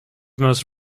most